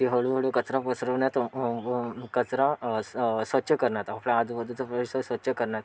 ते हळूहळू कचरा पसरवण्यात कचरा स्वच्छ करण्यात आपल्या आजूबाजूचा परिसर स्वच्छ करण्यात